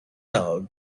out